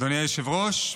אדוני היושב-ראש,